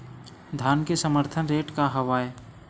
धान के समर्थन रेट का हवाय?